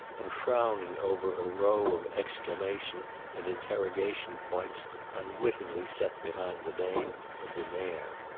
and frowning over a row of exclamation and interrogation points unwittingly set behind the name of the mayor.